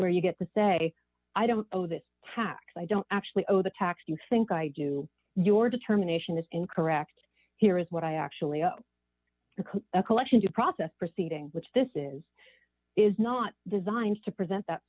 where you get to say i don't owe this tax i don't actually owe the tax do you think i do your determination is incorrect here is what i actually are a collection due process proceeding which this is is not designed to present that